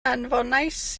anfonais